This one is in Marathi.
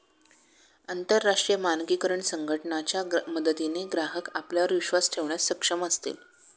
अंतरराष्ट्रीय मानकीकरण संघटना च्या मदतीने ग्राहक आपल्यावर विश्वास ठेवण्यास सक्षम असतील